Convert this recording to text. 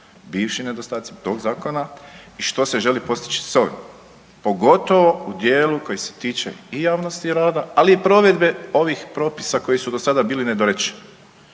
bivši nedostaci tog zakona i što se želi postići s ovim, pogotovo u dijelu koji se tiče i javnosti rada, ali i provedbe ovih propisa koji su do sada bili nedorečeni.